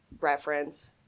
reference